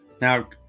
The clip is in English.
Now